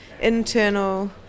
internal